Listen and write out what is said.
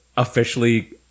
officially